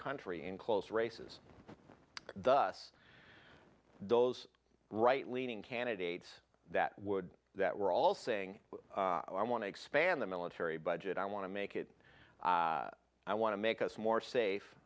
country in close races thus those right leaning candidates that would that were all saying i want to expand the military budget i want to make it i want to make us more safe